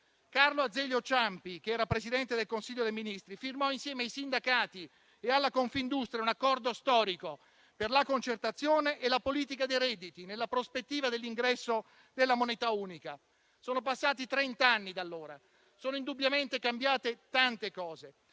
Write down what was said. Carlo Azeglio Ciampi, allora Presidente del Consiglio dei ministri, firmò insieme ai sindacati e a Confindustria un accordo storico per la concertazione e la politica dei redditi, nella prospettiva dell'ingresso della moneta unica. Sono passati trenta anni da allora, sono indubbiamente cambiate tante cose,